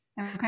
Okay